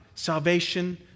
Salvation